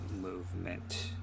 Movement